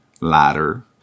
ladder